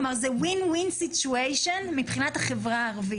כלומר, זה win-win situation מבחינת החברה הערבית.